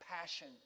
passion